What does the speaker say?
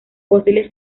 fósiles